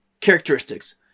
characteristics